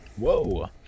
Whoa